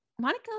Monica